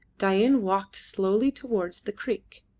dain walked slowly towards the creek,